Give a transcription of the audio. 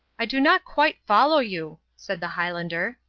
i do not quite follow you, said the highlander.